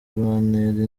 bantera